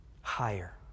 Higher